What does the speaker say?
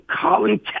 Colin